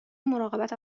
مراقبت